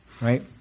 right